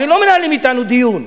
הרי לא מנהלים אתנו דיון,